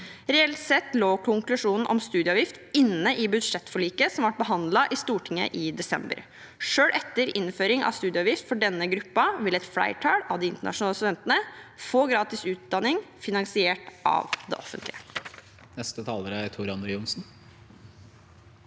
Reelt sett lå konklusjonen om studieavgift inne i budsjettforliket som ble behandlet i Stortinget i desember. Selv etter innføring av studieavgift for denne gruppen vil et flertall av de internasjonale studentene få gratis utdanning finansiert av det offentlige. Tor André Johnsen